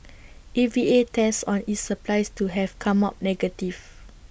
A V A tests on its supplies to have come up negative